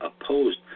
opposed